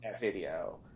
video